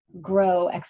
grow